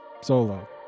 solo